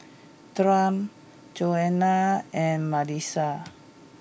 Dawne Joanna and Milas